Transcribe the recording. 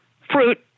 fruit